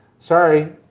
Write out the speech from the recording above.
sorry,